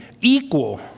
equal